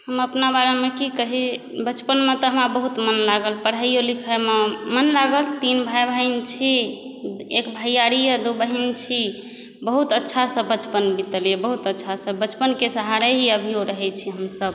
हम अपना बारेमे की कही बचपनमे तऽ हमरा बहुत मन लागल पढ़ाइयो लिखाइमे मन लागल तीन भाय बहिन छी एक भइयारी यऽ दू बहिन छी बहुत अच्छासँ बचपन बीतल यऽ बहुत अच्छासँ बचपनके सहारे ही अभिओ रहै छी हमसभ